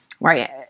right